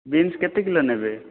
beans କେତେ kilo ନେବେ